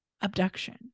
abduction